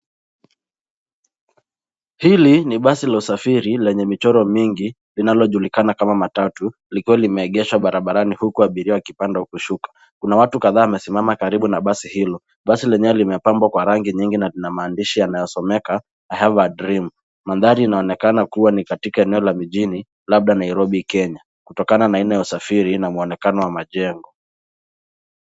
Hili ni basi la usafiri lenye michoro mingi inalojulikana kama matatu likiwa limeegeshwa barabarani huku abiria wakipanda au kushuka. Kuna watu kadhaa wamesimama karibu na basi hilo. Basi lenyewe limepambwa kwa rangi nyingi na lina maandishi yanayosomeka I Have A Dream . Mandhari inaonekana kuwa ni katika eneo la mjini labda Nairobi Kenya kutokana na aina ya usafiri na muonekano wa majengo.